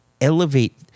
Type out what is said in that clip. elevate